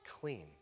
clean